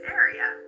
area